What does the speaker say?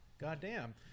Goddamn